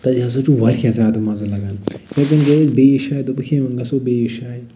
تتہِ ہَسا چھُ واریاہ زیادٕ مَزٕ لگان تتٮ۪ن گٔیہِ أسۍ بیٚیِس شایہِ دوٚپُکھ ہے وۅنۍ گَژھو بیٚیِس شایہِ